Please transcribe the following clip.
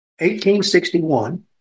1861